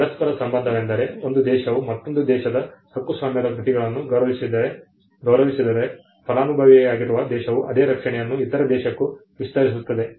ಪರಸ್ಪರ ಸಂಬಂಧವೆಂದರೆ ಒಂದು ದೇಶವು ಮತ್ತೊಂದು ದೇಶದ ಹಕ್ಕುಸ್ವಾಮ್ಯದ ಕೃತಿಗಳನ್ನು ಗೌರವಿಸಿದರೆ ಫಲಾನುಭವಿಯಾಗಿರುವ ದೇಶವು ಅದೇ ರಕ್ಷಣೆಯನ್ನು ಇತರ ದೇಶಕ್ಕೂ ವಿಸ್ತರಿಸುತ್ತದೆ